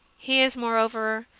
he is, moreover,